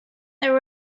there